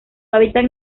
hábitat